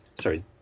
sorry